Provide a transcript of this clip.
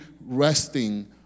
resting